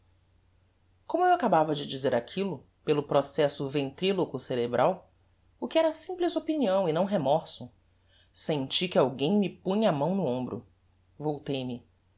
como eu acabava de dizer aquillo pelo processo ventriloco cerebral o que era simples opinião e não remorso senti que alguem me punha a mão no hombro voltei-me